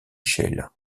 sheila